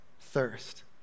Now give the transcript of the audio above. thirst